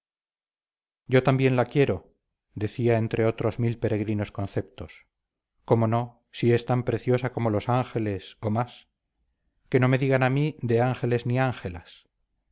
yo también la quiero decía entre otros mil peregrinos conceptos cómo no si es tan preciosa como los ángeles o más que no me digan a mí de ángeles ni ángelas